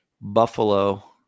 Buffalo